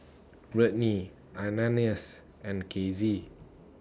Brittnee Ananias and Kizzy